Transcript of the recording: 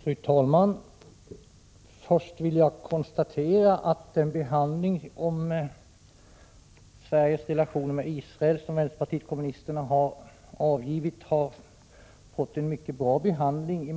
Fru talman! Först vill jag konstatera att frågan om Sveriges relationer med Israel, som vänsterpartiet kommunisterna tagit upp, i många avseenden fått en mycket bra behandling